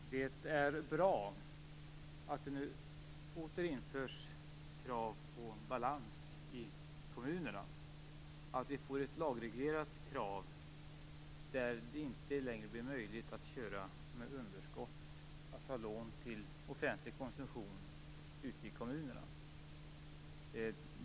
Fru talman! Det är bra att det nu åter införs krav på balans i kommunerna, att vi får ett lagreglerat krav som gör att det inte längre blir möjligt att köra med underskott och ta lån till offentlig konsumtion ute i kommunerna.